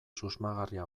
susmagarria